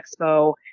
expo